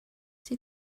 sea